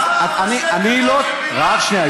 רק שנייה.